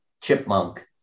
chipmunk